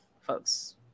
folks